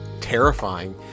terrifying